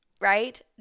right